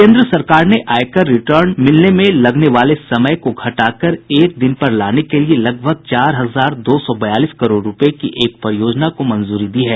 केन्द्र सरकार ने आयकर रिटर्न मिलने में लगने वाले समय को घटाकर एक दिन पर लाने के लिए लगभग चार हजार दो सौ बयालीस करोड़ रुपये की एक परियोजना को मंजूरी दी है